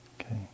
Okay